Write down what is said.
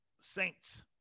Saints